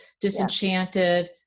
disenchanted